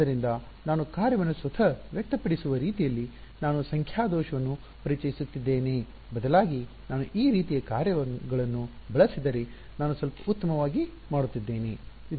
ಆದ್ದರಿಂದ ನಾನು ಕಾರ್ಯವನ್ನು ಸ್ವತಃ ವ್ಯಕ್ತಪಡಿಸುವ ರೀತಿಯಲ್ಲಿ ನಾನು ಸಂಖ್ಯಾ ದೋಷವನ್ನು ಪರಿಚಯಿಸುತ್ತಿದ್ದೇನೆ ಬದಲಾಗಿ ನಾನು ಈ ರೀತಿಯ ಕಾರ್ಯಗಳನ್ನು ಬಳಸಿದರೆ ನಾನು ಸ್ವಲ್ಪ ಉತ್ತಮವಾಗಿ ಮಾಡುತ್ತಿದ್ದೇನೆ